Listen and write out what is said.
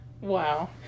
Wow